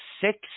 six